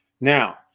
Now